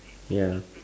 ya